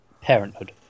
parenthood